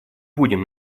будем